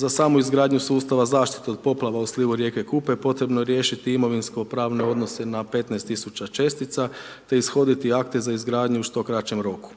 Za samoizgradnju sustava zaštite od poplava u slivu rijeke Kupe potrebno je riješiti imovinskopravne odnose na 15 000 čestica, te ishoditi akte za izgradnju u što kraćem roku.